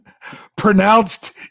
Pronounced